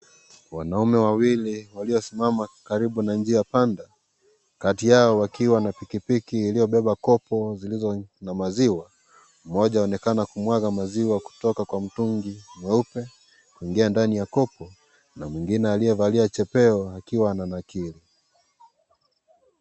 Wanaume wawili walio simama karibu na njia panda, kati yao akiwa na pikipiki, iliobeba kopo zilizo na maziwa, mmoja aonekana kumwaga maziwa kutoka kwa mtungi mweupe, kuingia ndani ya kopo, na mwingine aliye valia chepeo akiwa ana nakili.